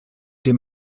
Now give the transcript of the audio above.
dem